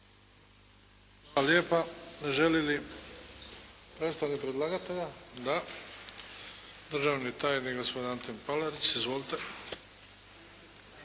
Hvala lijepa. Želi li predstavnik predlagatelja? Da. Državni tajnik, gospodin Antun Palarić. Izvolite.